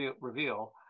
reveal